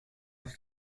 noch